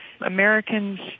Americans